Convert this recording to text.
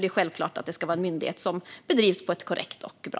Det ska självfallet vara en myndighet som bedrivs korrekt och bra.